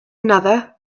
another